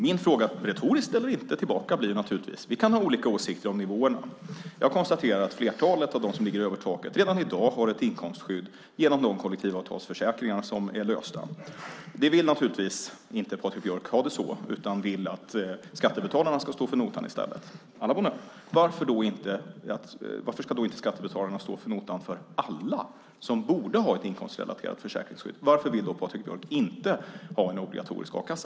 Min fråga, retorisk eller inte, gäller naturligtvis att vi kan ha olika åsikter om nivåerna. Jag konstaterar att flertalet av dem som ligger över taket redan i dag har ett inkomstskydd i sina kollektivavtalsförsäkringar. Patrik Björck vill naturligtvis inte ha det så. Han vill att skattebetalarna ska stå för notan i stället - à la bonne heure! Varför ska inte skattebetalarna stå för notan för alla som borde ha ett inkomstrelaterat försäkringsskydd? Varför vill då Patrik Björck inte ha en obligatorisk a-kassa?